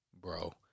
bro